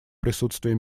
присутствия